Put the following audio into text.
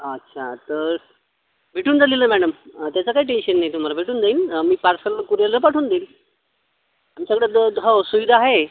अच्छा तर भेटून जाईल नं मॅणम त्याचं काही टेंशन नाही तुम्हाला भेटून जाईल मी पार्सल कुरिअलं पाठवून देईल आमच्याकडे दं हो सुविधा आहे